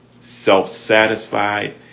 self-satisfied